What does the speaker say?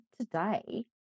today